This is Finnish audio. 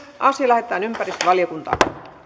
asia lähetetään ympäristövaliokuntaan